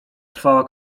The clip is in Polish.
trwała